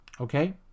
Okay